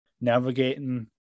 navigating